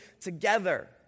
together